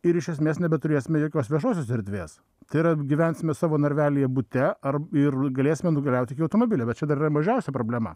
ir iš esmės nebeturėsime jokios viešosios erdvės tai yra gyvensime savo narvelyje bute ar ir galėsime nukeliauti iki automobilio bet čia dar yra mažiausia problema